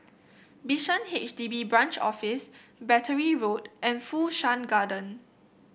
Bishan H D B Branch Office Battery Road and Fu Shan Garden